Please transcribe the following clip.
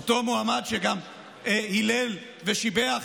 אותו מועמד שגם הילל ושיבח